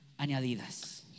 añadidas